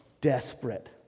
Desperate